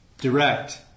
direct